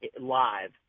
live